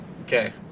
Okay